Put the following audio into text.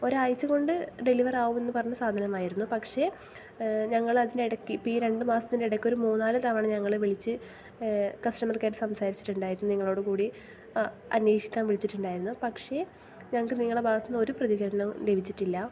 ഒരാഴ്ച കൊണ്ട് ഡെലിവറാകുമെന്നു പറഞ്ഞാൽ സാധനമായിരുന്നു പക്ഷേ ഞങ്ങൾ അതിനിടക്ക് ഇപ്പം ഈ രണ്ട് മാസത്തിനിടക്ക് ഒരു മൂന്നാല് തവണ ഞങ്ങൾ വിളിച്ച് കസ്റ്റമർ കെയർ സംസാരിച്ചിട്ടുണ്ടായിരുന്നു നിങ്ങളോട് കൂടി അന്വേഷിക്കാൻ വിളിച്ചിട്ടുണ്ടായിരുന്നു പക്ഷേ ഞങ്ങൾക്ക് നിങ്ങളുടെ ഭാഗത്ത് നിന്ന് ഒരു പ്രതികരണവും ലഭിച്ചിട്ടില്ല